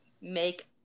make